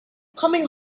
coming